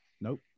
Nope